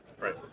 right